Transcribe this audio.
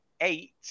eight